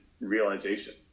realization